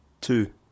Two